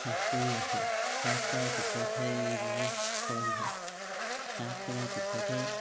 চাফ কৰি ৰাখোঁ চাফ কৰাৰ পিছতহে এইবোৰ ফল চাফ কৰাৰ পিছতহে